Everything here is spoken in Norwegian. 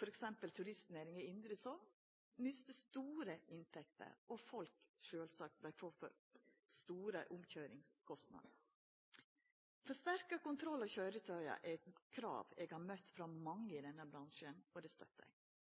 f.eks. mista turistnæringa i indre Sogn store inntekter – og det førte til store omkøyringskostnader for folk. Forsterka kontroll av køyretøya er eit krav eg har møtt frå mange i denne bransjen. Eg støttar det.